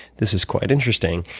this is quite interesting.